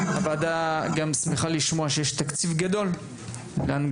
הוועדה גם שמחה לשמוע שיש תקציב גדול להנגשות,